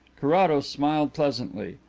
carrados smiled pleasantly,